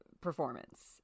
performance